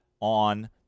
on